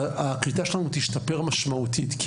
הקליטה שלנו תשתפר משמעותית.